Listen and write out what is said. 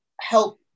help